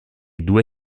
due